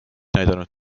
näidanud